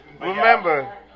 remember